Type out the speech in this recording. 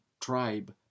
tribe